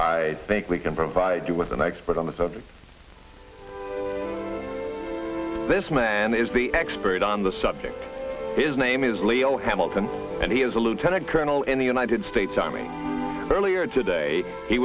i think we can provide you with an expert on the subject this man is the expert on the subject is name is legal hamilton and he is a lieutenant colonel in the united states army earlier today he